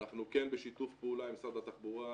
אנחנו כן בשיתוף פעולה עם משרד התחבורה,